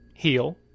Heal